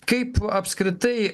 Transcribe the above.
kaip apskritai